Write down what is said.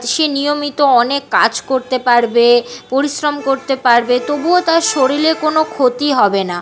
সে নিয়মিত অনেক কাজ করতে পারবে পরিশ্রম করতে পারবে তবুও তার শরীরে কোনো ক্ষতি হবে না